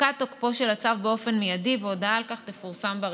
יפקע תוקפו של הצו באופן מיידי והודעה על כך תפורסם ברשומות.